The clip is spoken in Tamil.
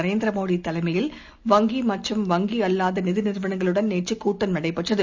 நரேந்திரமோடிதலைமையில் வங்கிமற்றும் வங்கிஅல்லாதநிதிநிறுவனங்களுடன் நேற்றுகூட்டம் நடைபெற்றது